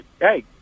Hey